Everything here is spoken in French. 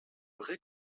vraie